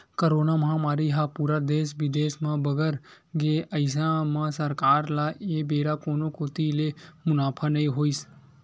corona महामारी ह पूरा देस बिदेस म बगर गे अइसन म सरकार ल ए बेरा कोनो कोती ले मुनाफा नइ होइस